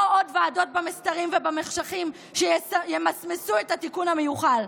לא עוד ועדות במסתרים ובמחשכים שימסמסו את התיקון המיוחל.